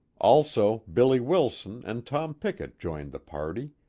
also billy wilson and tom pickett joined the party,